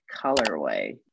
colorway